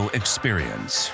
experience